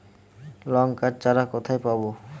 লঙ্কার চারা কোথায় পাবো?